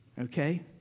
Okay